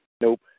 Nope